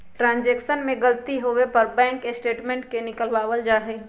transaction में गलती होवे पर बैंक स्टेटमेंट के निकलवावल जा हई